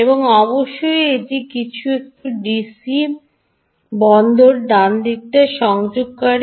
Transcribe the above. এবং অবশ্যই এটি ঠিক কিছু এডিসি বন্দর ডানদিকে সংযোগকারী